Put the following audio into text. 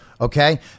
Okay